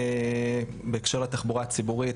בהקשר לתחבורה הציבורית,